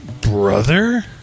Brother